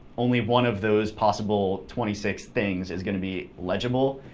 only one of those possible twenty six things is going to be legible,